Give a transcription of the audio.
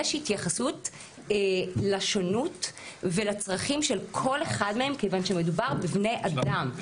יש התייחסות לשונות ולצרכים של כל אחד מהם כיוון שמדובר בבני אדם.